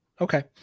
Okay